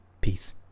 Peace